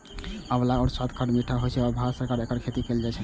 आंवलाक स्वाद खट्टा मीठा होइ छै आ भारत मे एकर खेती कैल जाइ छै